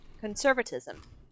conservatism